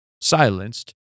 silenced